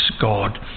God